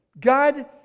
God